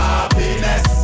Happiness